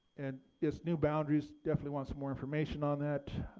and this new boundaries, definitely want more information on that.